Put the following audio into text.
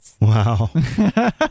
Wow